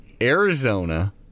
Arizona